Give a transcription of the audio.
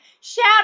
shout